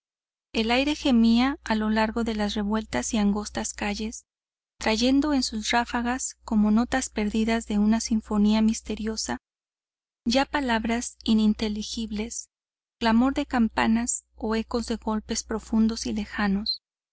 el aire gemía a lo largo de las revueltas y angostas calles trayendo en sus ráfagas como notas perdidas de una sinfonía misteriosa ya palabras ininteligibles clamor de campanas o ecos de golpes profundos y lejanos